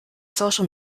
social